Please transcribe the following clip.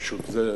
פשוט.